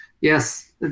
yes